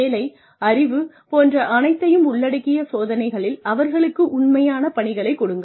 வேலை அறிவு போன்ற அனைத்தையும் உள்ளடக்கிய சோதனைகளில் அவர்களுக்கு உண்மையான பணிகளைக் கொடுங்கள்